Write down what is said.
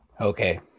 Okay